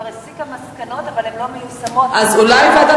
יש ועדה